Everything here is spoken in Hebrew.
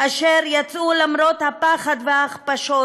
אשר יצאו, למרות הפחד וההכפשות,